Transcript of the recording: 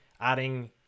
adding